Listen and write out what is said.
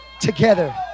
together